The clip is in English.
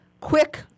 quick